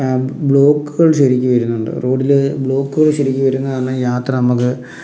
ബ്ലോക്കുകൾ ശരിക്ക് വരുന്നുണ്ട് റോഡിൽ ബ്ലോക്കുകൾ ശരിക്ക് വരുന്നു പറഞ്ഞാൽ യാത്ര നമുക്ക്